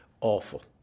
awful